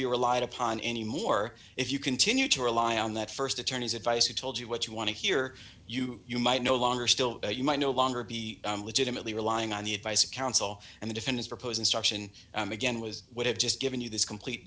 be relied upon anymore if you continue to rely on that st attorney's advice who told you what you want to hear you you might no longer still you might no longer be legitimately relying on the advice of counsel and the defendant proposed instruction again was would have just given you this complete